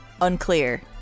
Unclear